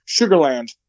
Sugarland